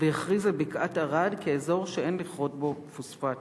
ויכריז על בקעת-ערד כאזור שאין לכרות בו פוספטים?